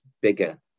bigger